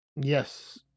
Yes